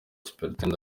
supt